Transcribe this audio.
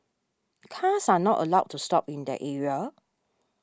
cars are not allowed to stop in that area